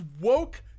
woke